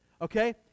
okay